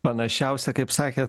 panašiausia kaip sakėt